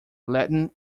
latin